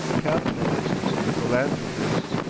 capitalists, philanthropists,